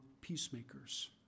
peacemakers